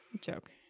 Joke